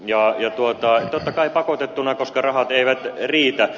totta kai pakotettuna koska rahat eivät riitä